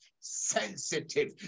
sensitive